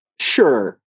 Sure